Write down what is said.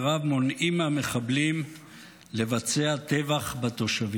מונעים מהמחבלים לבצע טבח בתושבים.